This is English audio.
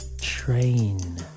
train